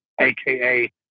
AKA